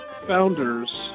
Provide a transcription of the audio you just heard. founders